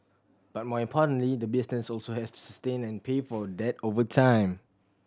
but more importantly the business also has to sustain and pay for that over time